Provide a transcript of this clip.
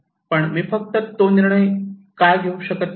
पण मी फक्त तो निर्णय का घेऊ शकत नाही